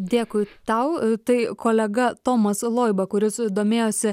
dėkui tau tai kolega tomas loiba kuris domėjosi